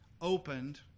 opened